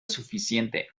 suficiente